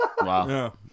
Wow